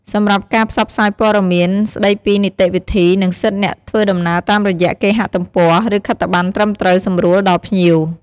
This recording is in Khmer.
សម្រាប់ការផ្សព្វផ្សាយព័ត៌មានស្តីពីនីតិវិធី និងសិទ្ធិអ្នកធ្វើដំណើរតាមរយៈគេហទំព័រ ឬខិត្តប័ណ្ណត្រឹមត្រូវសម្រួលដល់ភ្ញៀវ។